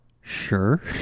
sure